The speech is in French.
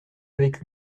avec